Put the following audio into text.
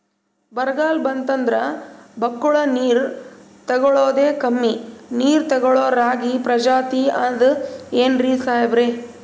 ಬರ್ಗಾಲ್ ಬಂತಂದ್ರ ಬಕ್ಕುಳ ನೀರ್ ತೆಗಳೋದೆ, ಕಮ್ಮಿ ನೀರ್ ತೆಗಳೋ ರಾಗಿ ಪ್ರಜಾತಿ ಆದ್ ಏನ್ರಿ ಸಾಹೇಬ್ರ?